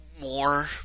more